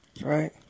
right